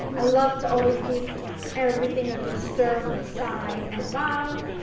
i love to always give everything a good stir from the sides and the bottom.